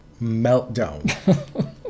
meltdown